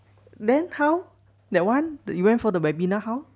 then how that one that you went for the webinar how